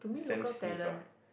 Sam-Smith ah